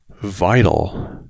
vital